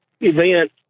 event